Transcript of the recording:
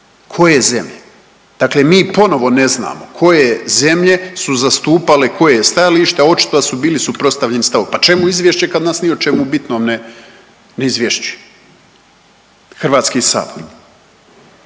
Koje zemlje? Dakle mi ponovo ne znamo koje zemlje su zastupale koje stajalište, očito su bili suprotstavljeni stavovi. Pa čemu izvješće kad nas ni o čemu bitnome ne izvješćuje HS?